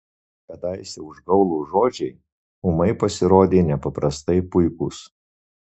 kadaise užgaulūs žodžiai ūmai pasirodė nepaprastai puikūs